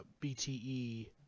BTE